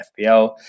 FPL